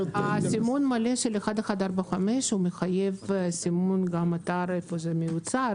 הסימון המלא של 1145 מחייב לסמן גם את האתר שבו הוא מיוצר,